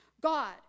God